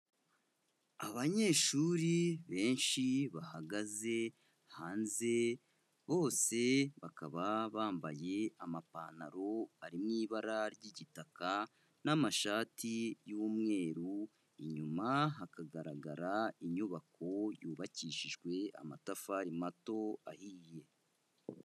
Abanyeshuri benshi bahagaze hanze, bose bakaba bambaye amapantaro ari mu ibara ry'igitaka n'amashati y'umweru, inyuma hakagaragara inyubako yubakishijwe amatafari mato, ahiye.